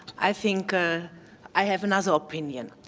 i think ah i have another opinion.